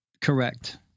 correct